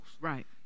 Right